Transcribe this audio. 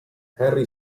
henry